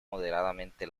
moderadamente